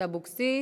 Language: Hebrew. אבקסיס,